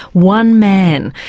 one man,